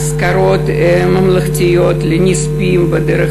אזכרות ממלכתיות לנספים בדרך